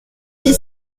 six